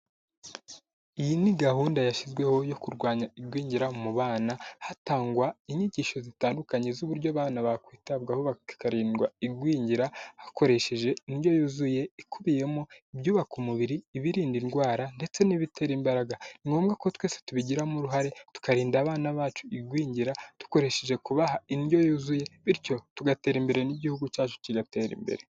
Iyi ni gahunda yashyizweho yo kurwanya igwingira mu bana hatangwa inyigisho zitandukanye z'uburyo abana bakwitabwaho bakarindwa igwingira hakoreshejwe indyo yuzuye ikubiyemo ibyubaka umubiri, ibirinda indwara, ndetse n'ibitera imbaraga. Ni ngombwa ko twese tubigiramo uruhare tukarinda abana bacu igwingira dukoresheje kubaha indyo yuzuye, bityo tugatera imbere n'igihugu cyacu kigatera imbere.